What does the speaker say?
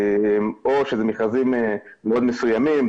או שזה מכרזים מאוד מסוימים,